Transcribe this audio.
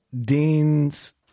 dean's